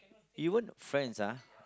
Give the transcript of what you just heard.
even friends ah